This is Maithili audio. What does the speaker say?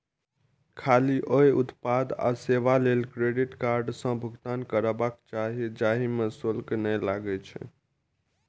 खाली ओइ उत्पाद आ सेवा लेल क्रेडिट कार्ड सं भुगतान करबाक चाही, जाहि मे शुल्क नै लागै छै